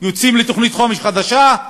יוצאים לתוכנית חומש חדשה.